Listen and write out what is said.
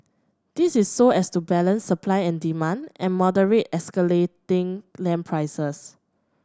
this is so as to balance supply and demand and moderate escalating land prices